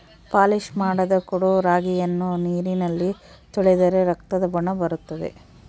polish ಮಾಡದ ಕೊಡೊ ರಾಗಿಯನ್ನು ನೀರಿನಲ್ಲಿ ತೊಳೆದರೆ ರಕ್ತದ ಬಣ್ಣ ಬರುತ್ತದೆ